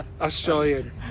Australian